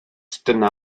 dyna